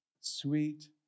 sweet